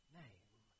name